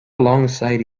alongside